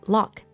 Lock